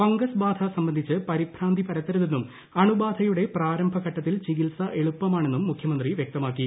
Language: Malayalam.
ഫംഗസ് ബാധ സംബന്ധിച്ച് പരിഭ്രാന്തി പരത്തരുതെന്നും അണുബാധയുടെ പ്രാരംഭ ഘട്ടത്തിൽ ചികിത്സ എളുപ്പമാണ് എന്നും മുഖ്യമന്ത്രി വ്യക്തമാക്കി